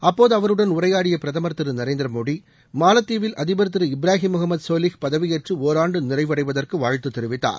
அப்போது அவருடன் உரையாடிய பிரதமர் திரு நரேந்திர மோடி மாலத்தீவில் அதிபர் திரு இப்ராஹிம் முகமது சோலிஹ் பதவியேற்று ஓராண்டு நிறைவடைவதற்கு வாழ்த்து தெரிவித்தார்